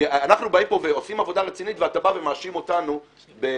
כי אנחנו עושים פה עבודה רצינית ואתה בא ומאשים אותנו בפריימריז.